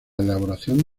elaboración